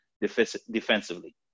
defensively